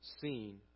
seen